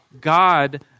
God